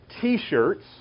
t-shirts